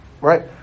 Right